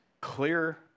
clear